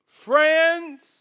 Friends